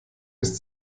ist